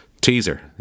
teaser